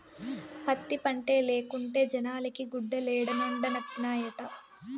పత్తి పంటే లేకుంటే జనాలకి గుడ్డలేడనొండత్తనాయిట